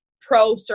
pro